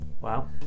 Wow